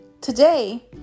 Today